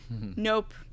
nope